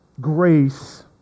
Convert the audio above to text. grace